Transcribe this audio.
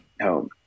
home